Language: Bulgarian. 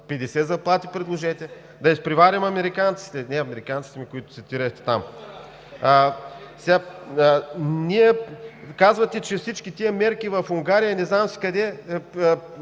заплати предложете – да изпреварим американците, не американците, ами които цитирахте там. Казвате, че всички тези мерки в Унгария и не знам си къде